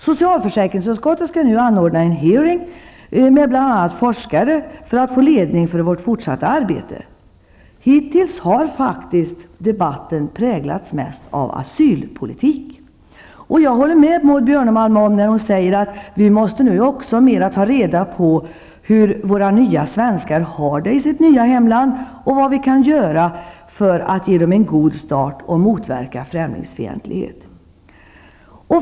Socialförsäkringsutskottet skall nu anordna en hearing med bl.a. forskare för att få ledning för vårt fortsatta arbete. Hittills har faktiskt debatten präglats mest av asylpolitik. Jag håller med Maud Björnemalm när hon säger att vi nu också måste mera ta reda på hur våra nya svenskar har det i sitt nya hemland och vad vi kan göra för att ge dem en god start och motverka främlingsfientlighet.